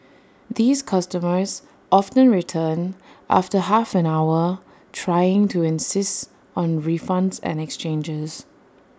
these customers often return after half an hour trying to insist on refunds or exchanges